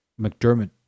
McDermott